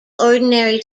ordinary